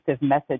message